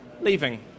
leaving